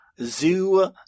Zoo